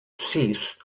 cease